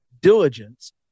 diligence